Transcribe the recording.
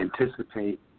anticipate